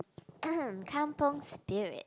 kampung Spirit